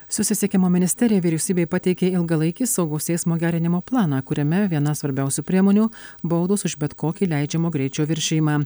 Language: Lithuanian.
susisiekimo ministerija vyriausybei pateikė ilgalaikį saugaus eismo gerinimo planą kuriame viena svarbiausių priemonių baudos už bet kokį leidžiamo greičio viršijimą